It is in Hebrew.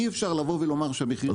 אי אפשר לבוא ולומר שהמחירים גבוהים.